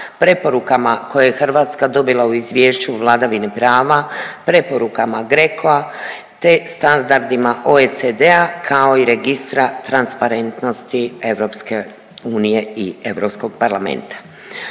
preporukama koje je Hrvatska dobila u izvješću o vladavini prava, preporukama GRECO-a te standardima OECD-a kao i registra transparentnosti EU i Europskog parlamenta.